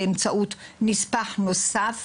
אז אני אוכל לעשות את זה באמצעות מספח נוסף